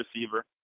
receiver